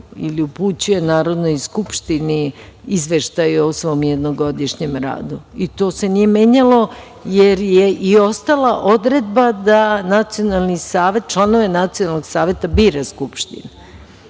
ili upućuje Narodnoj skupštini izveštaj o svom jednogodišnjem radu i to se nije menjalo, jer je i ostala odredba da članove Nacionalnog saveta bira Skupština,